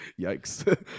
Yikes